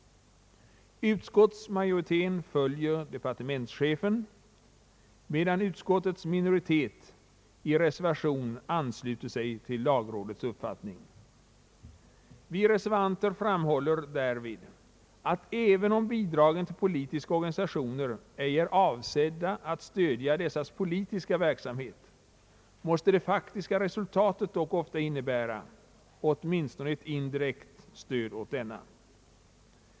Utskottsmajoriteten följer departementschefen, medan utskottets minoritet i reservation ansluter sig till lagrådets uppfattning. Vi reservanter framhåller därvid att även om bidragen till politiska organisationer ej är avsedda att stödja dessas politiska verksamhet, måste det faktiska resultatet dock ofta innebära åtminstone ett indirekt stöd åt denna.